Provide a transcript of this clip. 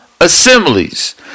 assemblies